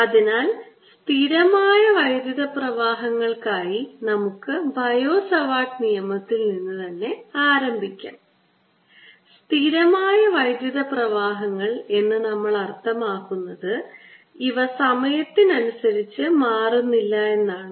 അതിനാൽ സ്ഥിരമായ വൈദ്യുത പ്രവാഹങ്ങൾക്കായി നമുക്ക് ബയോ സവാർട്ട് നിയമത്തിൽ നിന്ന് ആരംഭിക്കാം സ്ഥിരമായ വൈദ്യുത പ്രവാഹങ്ങൾ എന്ന് നമ്മൾ അർത്ഥമാക്കുന്നത് ഇവ സമയത്തിനനുസരിച്ച് മാറുന്നില്ല എന്നാണ്